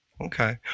Okay